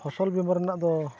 ᱯᱷᱚᱥᱚᱞ ᱵᱤᱢᱟ ᱨᱮᱱᱟᱜ ᱫᱚ